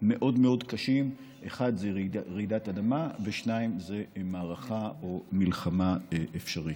מאוד מאוד קשים: האחד זה רעידת אדמה והשני זה מערכה או מלחמה אפשרית.